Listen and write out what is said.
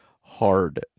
hard